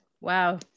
wow